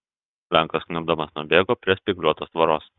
lenkas kniubdamas nubėgo prie spygliuotos tvoros